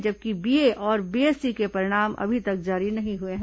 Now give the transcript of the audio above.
जबकि बीए और बीएससी के परिणाम अब तक जारी नहीं हुए हैं